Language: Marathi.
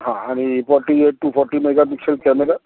हां आणि forty eight to forty mega pixel camera